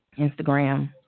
Instagram